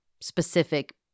specific